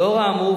לאור האמור,